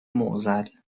معضل